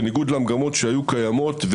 בניגוד למגמות שהיו קיימות,